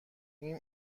این